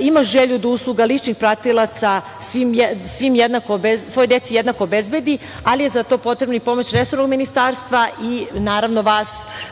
Ima želju da usluga ličnih pratilaca svoj deci jednako obezbedi, ali je za to potrebna i pomoć resornog ministarstva i naravno vas